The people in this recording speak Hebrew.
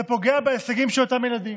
זה פוגע בהישגים של אותם ילדים.